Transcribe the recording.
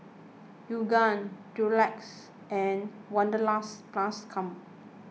Yoogane Durex and Wanderlust Plus Co